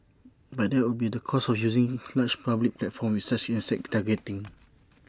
but that would be the cost of using large public platforms with such exact targeting